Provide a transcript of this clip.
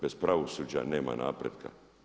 Bez pravosuđa nema napretka.